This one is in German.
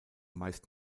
meist